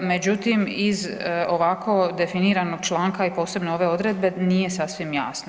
Međutim, iz ovako definiranog članka i posebno ove odredbe nije sasvim jasno.